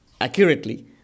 accurately